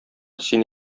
син